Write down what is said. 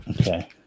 Okay